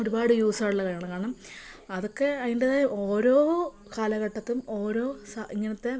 ഒരുപാട് യൂസൊള്ളവയാണ് കാരണം അതൊക്കെ അതിൻറ്റേതായ ഓരോ കാലഘട്ടതും ഓരോ സ ഇങ്ങനത്തെ